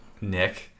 Nick